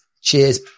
Cheers